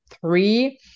three